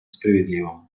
справедливым